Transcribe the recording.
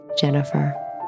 Jennifer